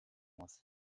muss